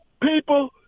People